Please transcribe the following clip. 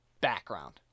background